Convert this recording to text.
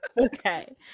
Okay